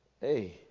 Hey